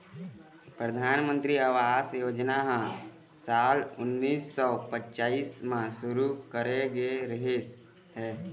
परधानमंतरी आवास योजना ह साल उन्नीस सौ पच्चाइस म शुरू करे गे रिहिस हे